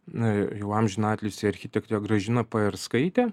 na jau amžinatilsį architekte gražina pajarskaite